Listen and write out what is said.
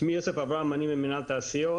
אני ממנהל תעשיות.